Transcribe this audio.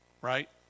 Right